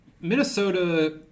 Minnesota